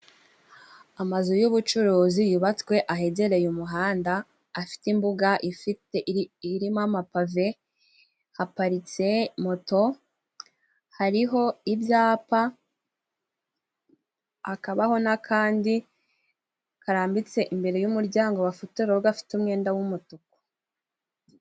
Amazu y'ubucuruzi yubatswe ahegereye umuhanda afite imbuga irimo amapave haparitse moto, hariho ibyapa hakabaho n'akandi karambitse imbere y'umuryango gafite umwenda w'umutuku.